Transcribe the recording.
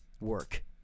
work